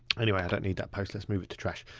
anyway, i don't need that post. let's move it to trash.